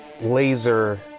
laser